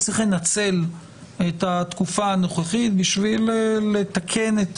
צריך לנצל את התקופה הנוכחית כדי לתקן את